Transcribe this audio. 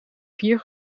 vier